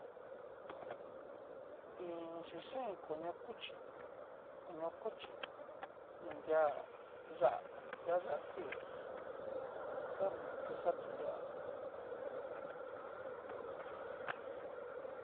Iin yixain koño cuchi, koño cochí ni nrea yá'a ti ayá kuii ta ni ku xatu lia.